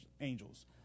angels